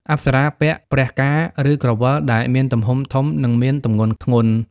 អប្សរាពាក់ "ព្រះកាណ៌" ឬក្រវិលដែលមានទំហំធំ និងមានទម្ងន់ធ្ងន់។